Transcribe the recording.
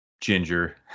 Ginger